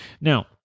Now